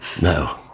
No